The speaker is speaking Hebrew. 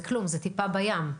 זה כלום, זה טיפה בים.